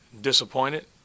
disappointed